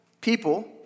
people